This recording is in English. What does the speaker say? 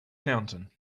fountain